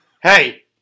Hey